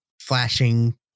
flashing